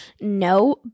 no